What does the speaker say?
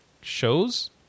shows